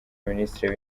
minisitiri